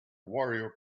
warrior